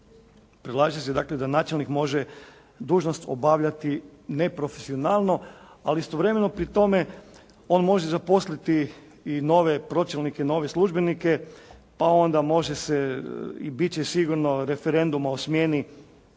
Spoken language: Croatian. se dakle da načelnik može dužnost obavljati neprofesionalno ali istovremeno pri tome on može zaposliti i nove pročelnike i nove službenike pa onda može se i bit će sigurno referenduma o smjeni